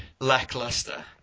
lackluster